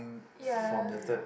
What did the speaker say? ya